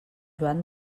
joan